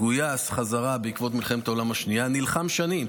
גויס בחזרה בעקבות מלחמת העולם השנייה, נלחם שנים.